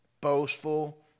boastful